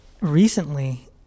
recently